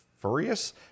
furious